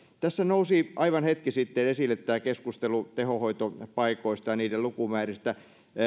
tässä nousi aivan hetki sitten esille keskustelu tehohoitopaikoista ja niiden lukumääristä